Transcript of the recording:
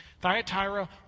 Thyatira